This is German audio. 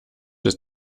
ist